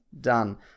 Done